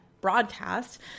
broadcast